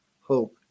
hope